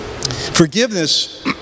Forgiveness